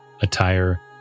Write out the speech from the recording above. attire